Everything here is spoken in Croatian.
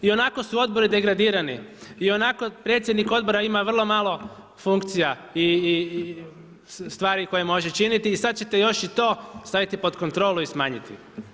Ionako su odbori degradirani, ionako predsjednik odbora ima vrlo malo funkcija i stvari koje može činiti i sad ćete još i to staviti pod kontrolu i smanjiti.